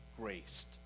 graced